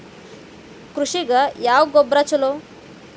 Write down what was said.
ಕೃಷಿಗ ಯಾವ ಗೊಬ್ರಾ ಛಲೋ?